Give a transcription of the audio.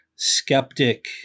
Skeptic